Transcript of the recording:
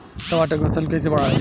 टमाटर के फ़सल कैसे बढ़ाई?